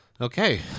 Okay